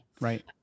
Right